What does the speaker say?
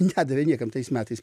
nedavė niekam tais metais